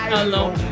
alone